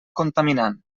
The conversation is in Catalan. contaminant